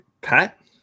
Pat